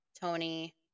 Tony